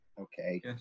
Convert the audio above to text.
okay